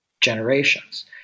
generations